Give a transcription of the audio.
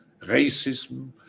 racism